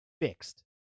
fixed